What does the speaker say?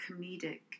comedic